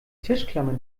tischklammer